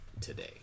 today